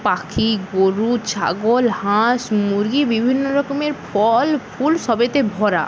পাখি গোরু ছাগল হাঁস মুরগি বিভিন্ন রকমের ফল ফুল সবেতে ভরা